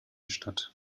statt